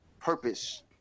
purpose